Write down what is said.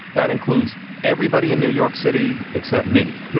that includes everybody in new york city except me,